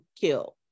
killed